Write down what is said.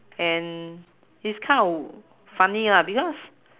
and is kind of funny lah because